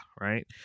right